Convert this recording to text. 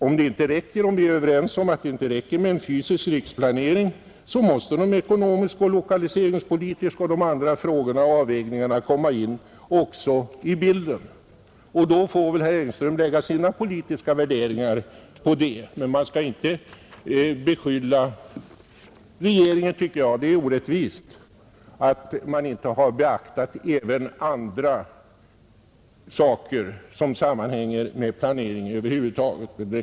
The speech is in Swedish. Om vi är överens om att det inte räcker med en fysisk riksplanering, så måste ju de ekonomiska, lokaliseringspolitiska och andra avvägningarna också komma in i bilden, och då får väl herr Engström anlägga sina politiska värderingar på dem. Men man skall inte beskylla regeringen — det tycker jag är orättvist — för att inte ha beaktat även andra saker som sammanhänger med ekonomisk planering över huvud taget.